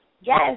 Yes